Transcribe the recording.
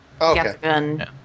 Okay